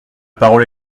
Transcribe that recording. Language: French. parole